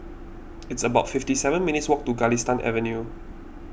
it's about fifty seven minutes' walk to Galistan Avenue